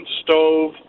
stove